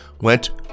went